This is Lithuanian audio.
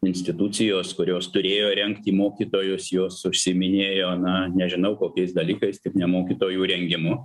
institucijos kurios turėjo rengti mokytojus jos užsiiminėjo na nežinau kokiais dalykais tik ne mokytojų rengimu